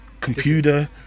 computer